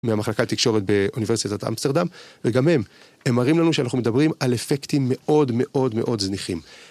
מהמחלקה לתקשורת באוניברסיטת אמסטרדם וגם הם, הם מראים לנו שאנחנו מדברים על אפקטים מאוד מאוד מאוד זניחים.